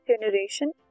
generation